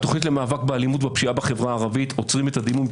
התוכנית למאבק באלימות ובפשיעה הערבית עוצרים את הדימום.